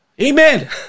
Amen